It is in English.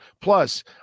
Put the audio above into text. Plus